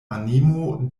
animo